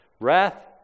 wrath